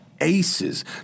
aces